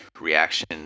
reaction